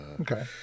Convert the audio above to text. Okay